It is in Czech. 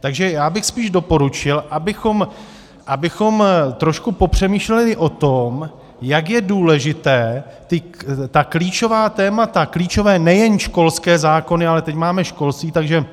Takže já bych spíš doporučil, abychom trošku popřemýšleli o tom, jak je důležité pro ta klíčová témata klíčové nejen školské zákony, ale teď máme školství, takže